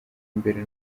imbere